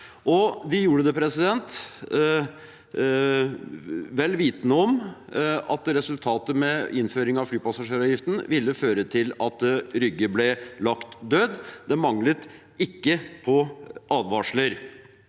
De gjorde det – vel vitende om at resultatet av innføring av flypassasjeravgiften ville føre til at Rygge ble lagt død. Det manglet ikke på advarsler.